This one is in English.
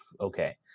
okay